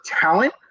talent